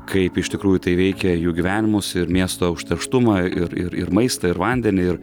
kaip iš tikrųjų tai veikia jų gyvenimus ir miesto užterštumą ir ir ir maistą ir vandenį ir